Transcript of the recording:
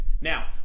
Now